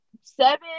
Seven